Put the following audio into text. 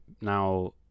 Now